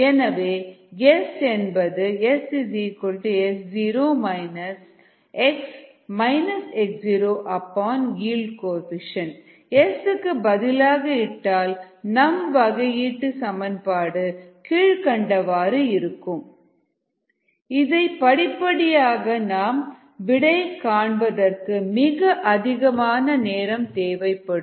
எனவே S என்பது SS0 x x0YxS Sக்கு பதிலாக இட்டால் நம் வகையீட்டுச் சமன்பாடு கீழ்கண்டவாறு இருக்கும் இதை படிப்படியாக நாம் விடை காண்பதற்கு மிக அதிகமான நேரம் தேவைப்படும்